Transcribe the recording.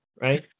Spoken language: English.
right